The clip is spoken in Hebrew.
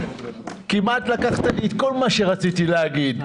כמעט לקחת לי את כל מה שרציתי להגיד.